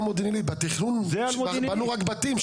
בתכנון בנו רק בתים,